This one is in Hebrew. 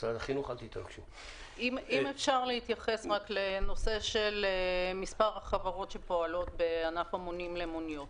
אם אפשר להתייחס לנושא מספר החברות שפועלות בענף המונים למוניות.